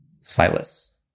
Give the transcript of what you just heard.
silas